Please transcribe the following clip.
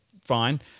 fine